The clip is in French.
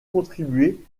contribué